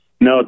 No